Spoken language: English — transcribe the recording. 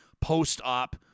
post-op